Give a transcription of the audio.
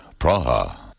Praha